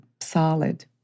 solid